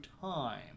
time